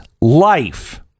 life